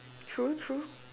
true true